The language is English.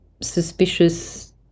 suspicious